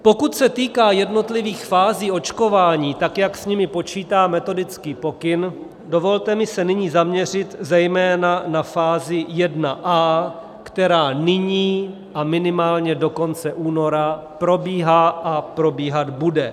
Pokud se týká jednotlivých fází očkování, tak jak s nimi počítá metodický pokyn, dovolte mi se nyní zaměřit zejména na fázi 1A, která nyní a minimálně do konce února probíhá a probíhat bude.